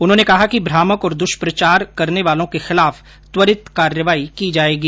उन्होने ने कहा कि भ्रामक और दुष्प्रचार करने वालों के खिलाफ त्वरित कार्रवाई की जायेगी